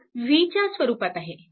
तो v च्या स्वरूपात आहे